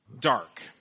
dark